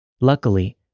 Luckily